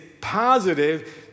positive